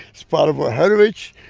it's part of our heritage.